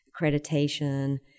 accreditation